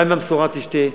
מים במשורה תשתה,